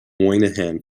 moynihan